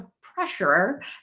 pressure